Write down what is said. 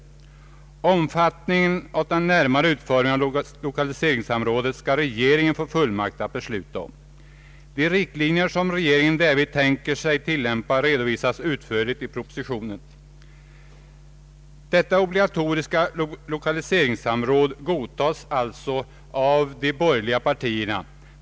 Omfattningen och den närmare utformningen av lokaliseringssamrådet skall regeringen få fullmakt att besluta om. De riktlinjer som regeringen därvid tänker tillämpa redovisas utförligt i propositionen. Detta obligatoriska lokaliseringssamråd godtas alltså av de borgerliga partierna.